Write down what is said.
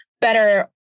better